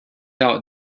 out